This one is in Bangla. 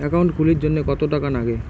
একাউন্ট খুলির জন্যে কত টাকা নাগে?